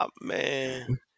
Man